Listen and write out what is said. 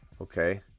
Okay